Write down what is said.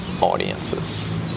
audiences